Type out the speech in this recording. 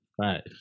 right